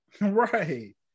Right